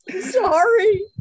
Sorry